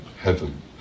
Heaven